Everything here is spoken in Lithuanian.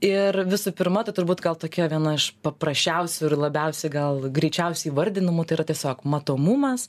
ir visų pirma turbūt gal tokia viena iš paprasčiausių ir labiausiai gal greičiausiai įvardinamų tai yra tiesiog matomumas